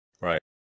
Right